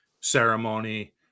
ceremony